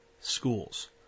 schools